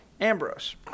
Ambrose